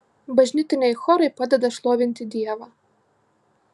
bažnytiniai chorai padeda šlovinti dievą